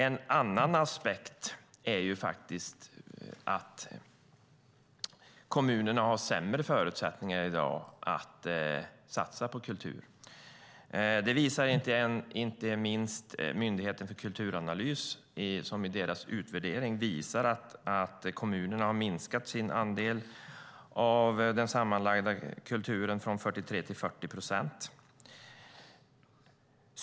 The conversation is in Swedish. En annan aspekt är att kommunerna har sämre förutsättningar i dag att satsa på kultur. Det visar inte minst Myndigheten för kulturanalys, som i sin utvärdering visar att kommunerna har minskat sin andel av den sammanlagda budgeten för kulturen från 43 till 40 procent.